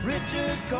Richard